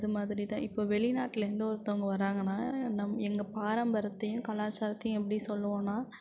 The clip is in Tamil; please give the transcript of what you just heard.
அதுமாதிரி தான் இப்போ வெளிநாட்டிலேருந்து ஒருத்தங்க வராங்கன்னால் நம் எங்கள் பாரம்பரியத்தையும் கலாச்சாரத்தையும் எப்படி சொல்லுவோன்னால்